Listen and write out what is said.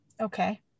Okay